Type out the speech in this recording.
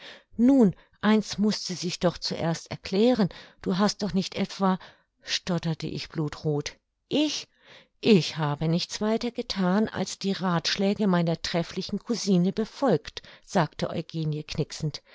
nun eins mußte sich doch zuerst erklären du hast doch nicht etwa stotterte ich blutroth ich ich habe nichts weiter gethan als die rathschläge meiner trefflichen cousine befolgt sagte eugenie knixend